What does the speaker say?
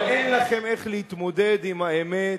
אבל אין לכם איך להתמודד עם האמת,